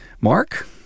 Mark